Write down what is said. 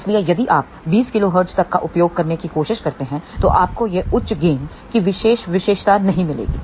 इसलिए यदि आप 20 kHz तक का उपयोग करने की कोशिश करते हैं तो आपको यह उच्च गेन की विशेष विशेषता नहीं मिलेगी